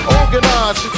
organized